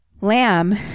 Lamb